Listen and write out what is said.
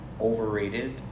overrated